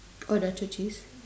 oh nacho cheese